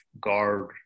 guard